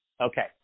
Okay